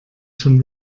schon